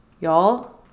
y'all